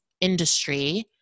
industry